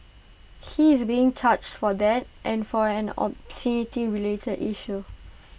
he is being charged for that and for an obscenity related issue